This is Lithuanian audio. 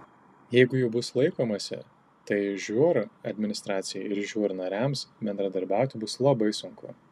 jeigu jų bus laikomasi tai žūr administracijai ir žūr nariams bendradarbiauti bus labai sunku